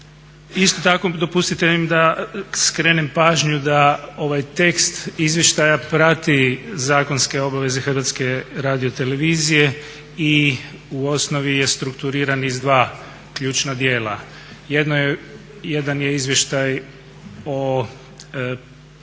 Isto tako dopustite mi da skrenem pažnju da ovaj tekst izvještaja prati zakonske obaveze Hrvatske radiotelevizije i u osnovi je strukturiran iz dva ključna dijela. Jedan je Izvještaj od provedbi